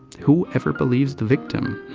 who ever believes the victim,